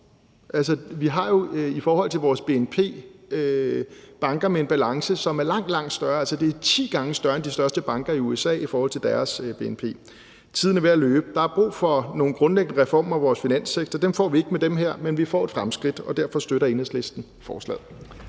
vi har jo i forhold til vores bnp banker med en balance, som er langt, langt større, ti gange større end de største banker i USA i forhold til deres bnp. Tiden er ved at løbe: Der er brug for nogle grundlæggende reformer af vores finanssektor. Dem får vi ikke med det her, men vi får et fremskridt, og derfor støtter Enhedslisten forslaget.